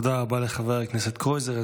תודה רבה לחבר הכנסת קרויזר.